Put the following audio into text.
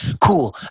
cool